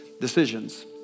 decisions